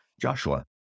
Joshua